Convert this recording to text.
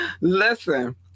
listen